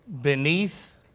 beneath